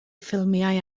ffilmiau